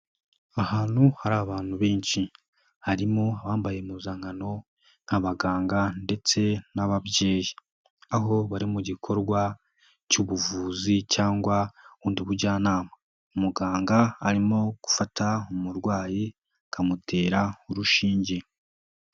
Ahantu hari abantu benshi, harimo bambaye impuzankan nk'abaganga ndetse n'ababyeyi, aho bari mu gikorwa cy'ubuvuzi cyangwa undi bujyanama, umuganga arimo gufata umurwayi akamutera urushinge.